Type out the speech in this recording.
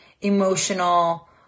emotional